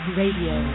radio